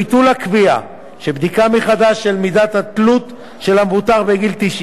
הקביעה שבדיקה מחדש של מידת התלות של מבוטח בגיל 90,